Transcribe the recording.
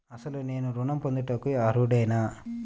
అసలు నేను ఋణం పొందుటకు అర్హుడనేన?